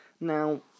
Now